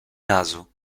naso